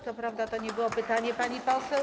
Co prawda to nie było pytanie, pani poseł.